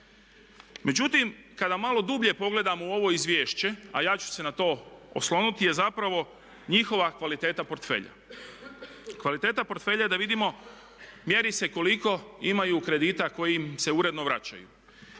Međutim, kada malo dublje pogledamo u ovo izvješće, a ja ću se na to osloniti je zapravo njihova kvaliteta portfelja. Kvaliteta portfelja je da vidimo, mjeri se koliko imaju kredita koji im se uredno vraćaju.